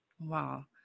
Wow